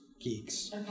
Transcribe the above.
geeks